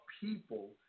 people